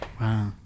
Wow